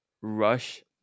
rush